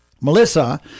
Melissa